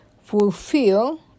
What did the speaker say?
fulfill